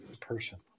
person